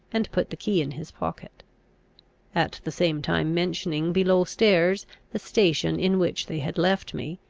and put the key in his pocket at the same time mentioning below stairs the station in which they had left me,